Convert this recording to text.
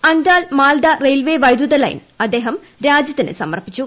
Andal Malda railway വൈദ്യുതലൈൻ അദ്ദേഹം രാജ്യത്തിന് സമർപ്പിച്ചു